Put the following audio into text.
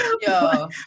Yo